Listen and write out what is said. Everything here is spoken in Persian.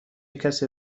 کسی